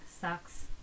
sucks